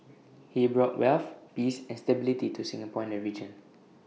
he brought wealth peace and stability to Singapore and the region